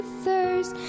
thirst